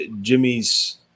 Jimmy's